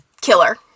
killer